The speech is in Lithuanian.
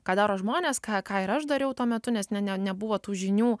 ką daro žmonės ką ką ir aš dariau tuo metu nes ne ne nebuvo tų žinių